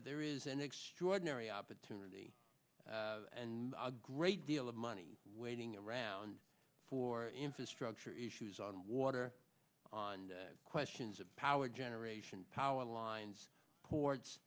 there is an extraordinary opportunity and a great deal of money waiting around for infrastructure issues on water on questions of power generation power lines ports